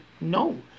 no